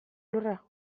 lurra